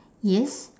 yes